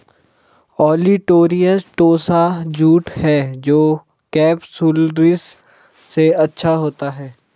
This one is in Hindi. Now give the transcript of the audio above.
ओलिटोरियस टोसा जूट है जो केपसुलरिस से अच्छा होता है